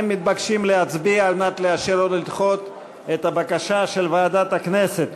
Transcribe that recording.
אתם מתבקשים להצביע על מנת לאשר או לדחות את הבקשה של ועדת הכנסת.